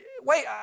wait